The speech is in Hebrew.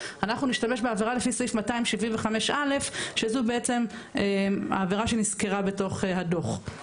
אנחנו נשתמש בעבירה לפי סעיף 275 א' שזו בעצם העבירה שנסקרה בתוך הדוח.